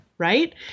Right